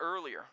earlier